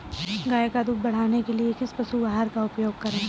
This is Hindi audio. गाय का दूध बढ़ाने के लिए किस पशु आहार का उपयोग करें?